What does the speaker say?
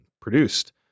produced